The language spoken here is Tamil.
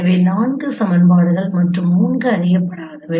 எனவே 4 சமன்பாடுகள் மற்றும் 3 அறியப்படாதவை உள்ளன